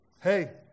Hey